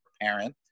parent